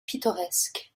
pittoresque